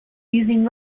using